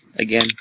Again